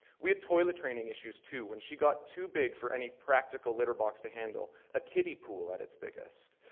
we had toilet training issues too. when she got too big for any practical litter box to handle, a kiddie pool at its biggest,